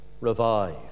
revive